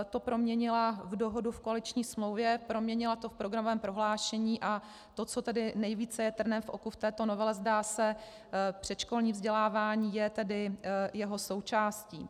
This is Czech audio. To proměnila v dohodu v koaliční smlouvě, proměnila to v programovém prohlášení a to, co je nejvíce trnem v oku v této novele, předškolní vzdělávání, je tedy jeho součástí.